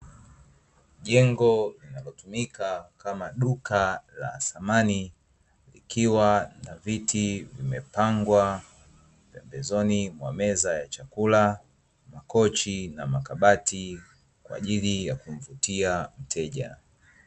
Jengo linalotumika kama duka la samani, likiwa na viti vimepangwa pembezoni mwa meza ya chakula, makochi na makabati, kwa ajili ya kumvutia mteja.